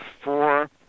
four